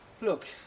Look